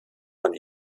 man